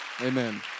Amen